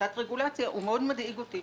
- הפחתת רגולציה, מאוד מדאיג אותי.